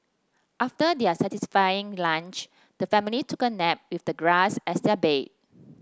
after their satisfying lunch the family took a nap with the grass as their bed